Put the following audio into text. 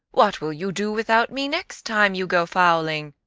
what will you do without me next time you go fowling?